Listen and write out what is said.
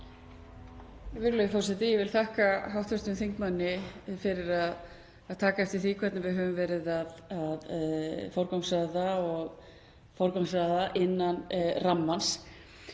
Ég vil þakka hv. þingmanni fyrir að taka eftir því hvernig við höfum verið að forgangsraða innan rammans.